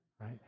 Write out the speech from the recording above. right